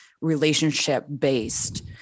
relationship-based